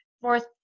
fourth